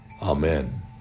Amen